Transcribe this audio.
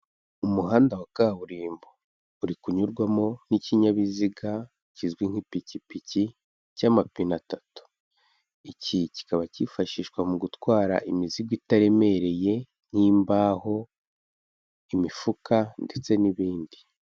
Umuhanda wa kaburimbo urikunyurwamo n'ikinyabiziga kizwi nk'ipikipiki cy'amapine atatu, iki kikaba cyifashishwa mu gutwara imizigo itaremereye nk'imbaho, imifuka ndetse n'ibindi.